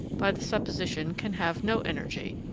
by the supposition, can have no energy,